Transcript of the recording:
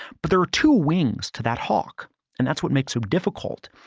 but there are two wings to that hawk and that's what makes them difficult.